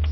er